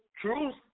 truth